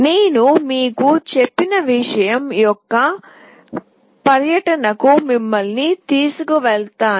నేను మీకు చెప్పిన విషయం యొక్క పర్యటనకు మిమ్మల్ని తీసుకెళతాను